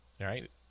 right